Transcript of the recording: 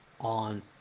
on